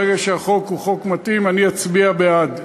ברגע שהחוק הוא חוק מתאים אני אצביע בעד,